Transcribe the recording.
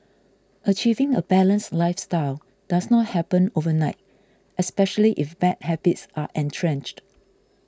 achieving a balanced lifestyle does not happen overnight especially if bad habits are entrenched